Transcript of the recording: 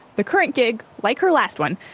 the current gig, like her last one,